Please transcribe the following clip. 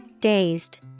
Dazed